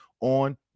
on